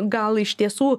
gal iš tiesų